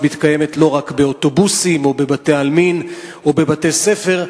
מתקיימת לא רק באוטובוסים או בבתי-עלמין או בבתי-ספר,